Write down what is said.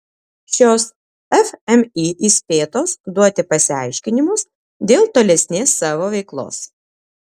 šios fmį įspėtos duoti pasiaiškinimus dėl tolesnės savo veiklos